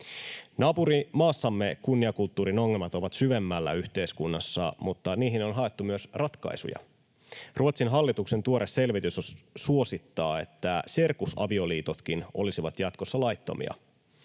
Naapurimaassamme kunniakulttuurin ongelmat ovat syvemmällä yhteiskunnassa, mutta niihin on haettu myös ratkaisuja. Ruotsin hallituksen tuore selvitys suosittaa, että serkusavioliitotkin olisivat jatkossa laittomia.